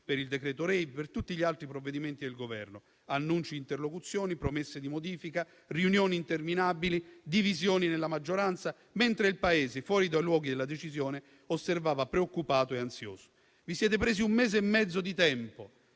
già visto per tutti gli altri provvedimenti del Governo: annunci di interlocuzioni, promesse di modifica, riunioni interminabili e divisioni nella maggioranza, mentre il Paese, fuori dai luoghi della decisione, osservava preoccupato e ansioso. Vi siete presi un mese e mezzo di tempo,